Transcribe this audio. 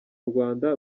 rwanda